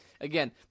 again